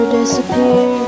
disappear